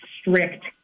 strict